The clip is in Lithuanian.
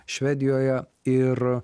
švedijoje ir